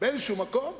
במקום כלשהו.